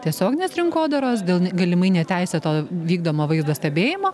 tiesioginės rinkodaros dėl galimai neteisėto vykdomo vaizdo stebėjimo